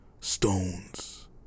stones